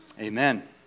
amen